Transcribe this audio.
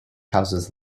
houses